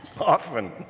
often